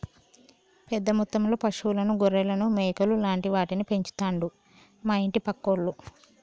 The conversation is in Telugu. పెద్ద మొత్తంలో పశువులను గొర్రెలను మేకలు లాంటి వాటిని పెంచుతండు మా ఇంటి పక్కోళ్లు